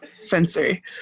sensory